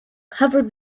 covered